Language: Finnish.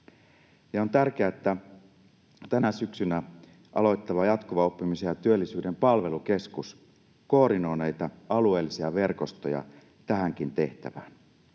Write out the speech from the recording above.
on tärkeää, että tänä syksynä aloittava Jatkuvan oppimisen ja työllisyyden palvelukeskus koordinoi näitä alueellisia verkostoja tähänkin tehtävään.